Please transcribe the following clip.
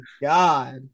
god